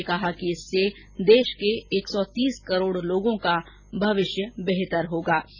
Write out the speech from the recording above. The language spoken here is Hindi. उन्होंने कहा कि इससे देश के एक सौ तीस करोड़ लोगों का भविष्य बेहतर होगा